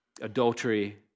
adultery